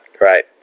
Right